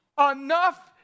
Enough